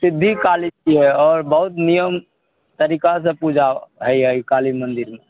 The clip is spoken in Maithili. सिद्धि काली छियै आओर बहुत नियम तरीकासँ पूजा होइए ई काली मन्दिरमे